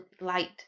light